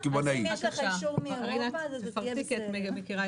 אם יש לך אישור מאירופה זה תהיה בסדר.